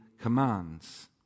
commands